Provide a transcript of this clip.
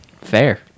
Fair